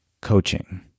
coaching